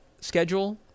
schedule